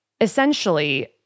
essentially